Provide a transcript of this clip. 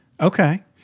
Okay